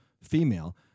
female